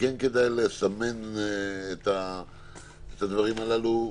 כדאי לסמן את הדברים הללו.